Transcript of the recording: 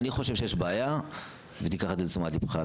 אני חושב שיש בעיה ותיקח את זה לתשומת ליבך.